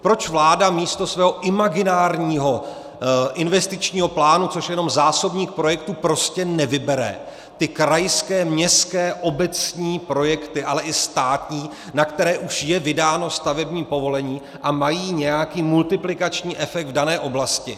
Proč vláda místo svého imaginárního investičního plánu, což je jenom zásobník projektů, prostě nevybere ty krajské, městské, obecní projekty, ale i státní, na které už je vydáno stavební povolení a mají nějaký multiplikační efekt v dané oblasti?